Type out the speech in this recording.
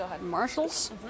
Marshalls